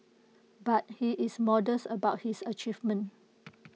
but he is modest about his achievement